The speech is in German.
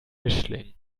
mischling